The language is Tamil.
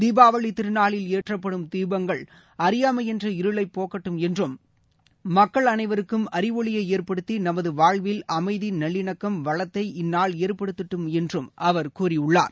தீபாவளி திருநாளில் ஏற்றப்படும் தீபங்கள் அறியாமை என்ற இருளைப் போக்கட்டும் என்றும் மக்கள் அனைவருக்கும் அறிவொளியை ஏற்படுத்தி நமது வாழ்வில் அமைதி நல்லிணக்கம் வளத்தை இந்நாள் ஏற்படுத்தட்டும் என்றும் அவர் கூறியுள்ளார்